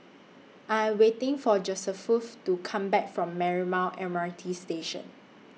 I Am waiting For Josephus to Come Back from Marymount M R T Station